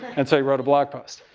and so he wrote a blog post.